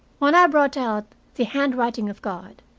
when i brought out the handwriting of god,